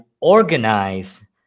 organize